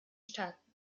staaten